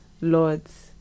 Lord's